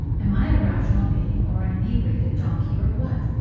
am i a rational being or an inebriated donkey, or what,